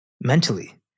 mentally